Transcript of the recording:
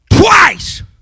twice